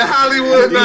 Hollywood